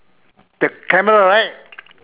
the camera right